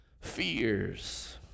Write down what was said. fears